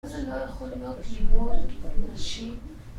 זה לא יכול להיות לימול נשים